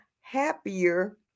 happier